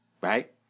Right